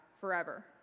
forever